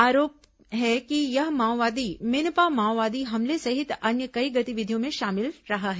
आरोप है कि यह माओवादी मिनपा माओवादी हमले सहित अन्य कई गतिविधियों में शामिल रहा है